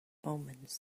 omens